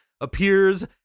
appears